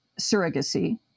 surrogacy